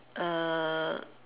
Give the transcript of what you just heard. err